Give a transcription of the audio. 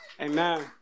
Amen